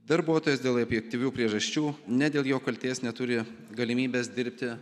darbuotojas dėl objektyvių priežasčių ne dėl jo kaltės neturi galimybės dirbti